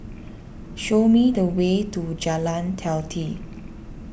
show me the way to Jalan Teliti